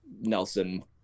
Nelson